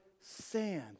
sand